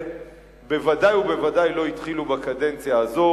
בוודאי ובוודאי לא התחילו בקדנציה הזו,